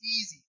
easy